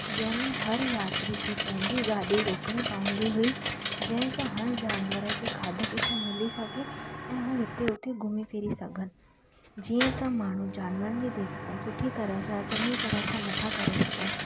जंहिं में हर यात्री खे पंहिंजी गाॾी रोकिणी पवंदी हुई जंहिं सां हर जानवर खे खाधो पीतो मिली सघे ऐं हू हिते हुते घुमी फिरी सघनि जीअं त माण्हू जानवरनि जी देखभाल सुठी तरह सां चङी तरह सां न था करे सघनि